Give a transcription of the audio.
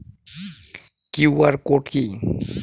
QR code কি?